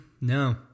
No